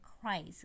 christ